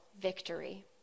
victory